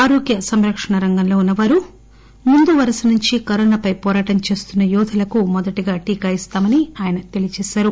ఆరోగ్యసంరక్షణ రంగంలో ఉన్నవారు ముందు వరస నుంచి కరోనాపై పోరాటం చేస్తున్న యోధులకు మొదటిగా ణస్తామని ఆయన చెప్పారు